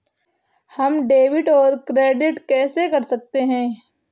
हम डेबिटऔर क्रेडिट कैसे कर सकते हैं?